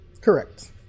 Correct